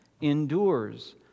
endures